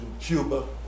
Cuba